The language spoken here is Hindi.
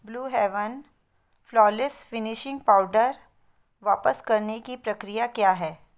blue Heaven flawless finishing powder वापस करने की प्रक्रिया क्या है